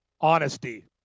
Honesty